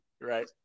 Right